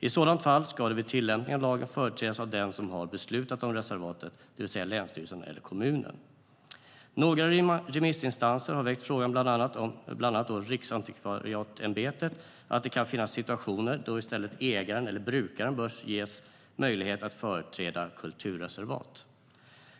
I sådant fall ska det vid tillämpning av lagen företrädas av den som har beslutat om reservatet, det vill säga länsstyrelsen eller kommunen. Några remissinstanser, bland annat Riksantikvarieämbetet, har väckt frågan att det kan finnas situationer då i stället ägaren eller brukaren bör ges möjlighet att företräda ett kulturreservat.